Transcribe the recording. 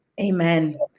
Amen